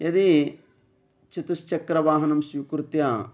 यदी चतुश्चक्रवाहनं स्वीकृत्य